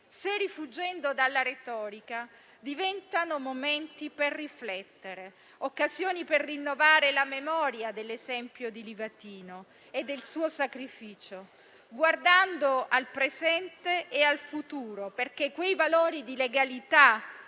si rifugge dalla retorica, diventano momenti per riflettere e occasioni per rinnovare la memoria dell'esempio di Livatino e del suo sacrificio, guardando al presente e al futuro, perché quei valori di legalità